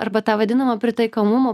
arba tą vadinamą pritaikomumo